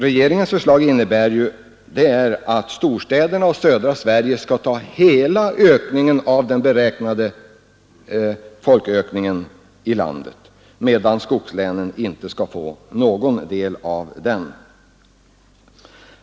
Regeringens förslag innebär att storstäderna och södra Sverige skall ta hela den beräknade folkökningen i landet, medan skogslänen inte skulle få någon del av den, inte ens det egna födelseöverskottet.